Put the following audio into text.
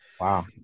Wow